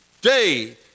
day